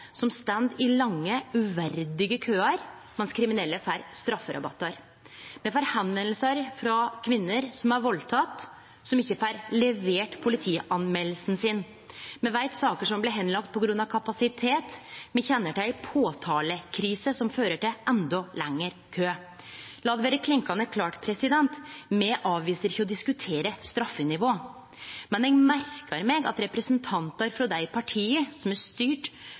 som står i lange, uverdige køar, mens kriminelle får strafferabattar. Me får meldingar frå kvinner som er valdtekne, og som ikkje får levert politimeldinga si. Me veit om saker som har blitt lagde bort på grunn av kapasitet, og me kjenner til ei påtalekrise, som fører til endå lengre kø. La det vere klinkande klart: Me avviser ikkje å diskutere straffenivå, men eg merkar meg at representantar frå dei partia som har styrt